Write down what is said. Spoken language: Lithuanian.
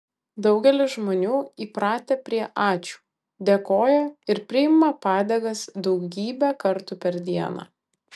daugelis žmonių įpratę prie ačiū dėkoja ir priima padėkas daugybę kartų per dieną